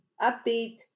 upbeat